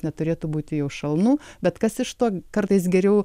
neturėtų būti jau šalnų bet kas iš to kartais geriau